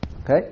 Okay